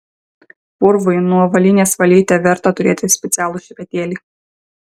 purvui nuo avalynės valyti verta turėti specialų šepetėlį